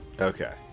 okay